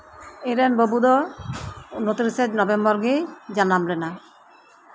ᱤᱧ ᱨᱮᱱ ᱵᱟᱹᱵᱩ ᱫᱚ ᱩᱱᱛᱤᱨᱤᱥᱮ ᱱᱚᱵᱷᱮᱢᱵᱚᱨ ᱜᱮᱭ ᱡᱟᱱᱟᱢ ᱞᱮᱱᱟ